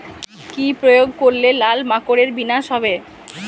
কি প্রয়োগ করলে লাল মাকড়ের বিনাশ হবে?